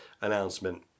announcement